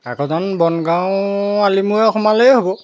কাকজান বনগাঁও আলিমূৰে সোমালেই হ'ব